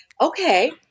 okay